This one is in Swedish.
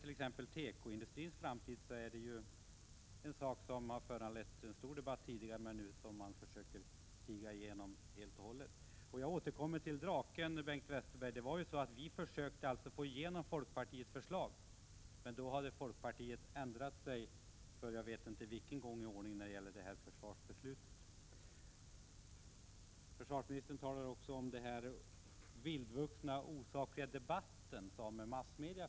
gäller tekoindustrins framtid har det tidigare förts en stor debatt. Men den försöker man nu helt och hållet tiga sig igenom. Jag vill återkomma till frågan om Draken, Bengt Westerberg. Vi försökte alltså att få igenom folkpartiets förslag. Men då hade folkpartiet ändrat sig, jag vet inte för vilken gång i ordningen när det gäller detta försvarsbeslut. Försvarsministern säger att det förs en vildvuxen, osaklig debatt i massmedia.